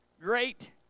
great